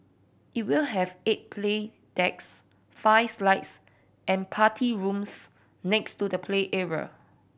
it will have eight play decks five slides and party rooms next to the play area